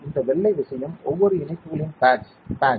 இந்த வெள்ளை விஷயம் ஒவ்வொரு இணைப்புகளின் பேட்ஸ் பேட்ஸ்